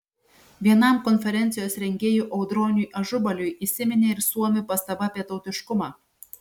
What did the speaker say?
vienam konferencijos rengėjų audroniui ažubaliui įsiminė ir suomių pastaba apie tautiškumą